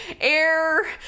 air